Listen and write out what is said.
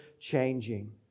changing